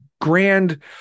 grand